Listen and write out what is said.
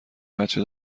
بچه